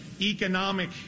economic